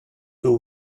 too